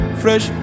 fresh